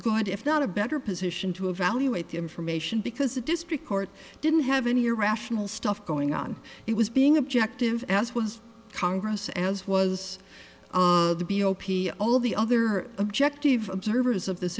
good if not a better position to evaluate the information because the district court didn't have any irrational stuff going on it was being objective as was congress as was all the other objective observers of th